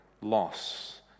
loss